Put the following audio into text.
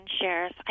shares